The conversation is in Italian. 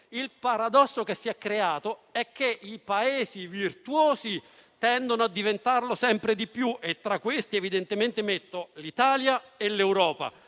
il paradosso che si è creato è che i Paesi virtuosi tendono a diventarlo sempre di più - tra questi metto l'Italia e l'Europa